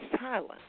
silent